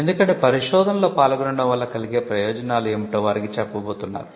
ఎందుకంటే పరిశోధనలో పాల్గొనడం వల్ల కలిగే ప్రయోజనాలు ఏమిటో వారికి చెప్పబోతున్నారు